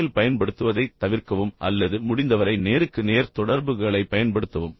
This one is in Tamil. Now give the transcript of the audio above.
மொபைல் பயன்படுத்துவதைத் தவிர்க்கவும் அல்லது முடிந்தவரை நேருக்கு நேர் தொடர்புகளைப் பயன்படுத்தவும்